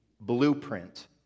blueprint